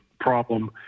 problem